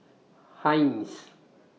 Heinz